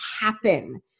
happen